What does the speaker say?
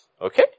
Okay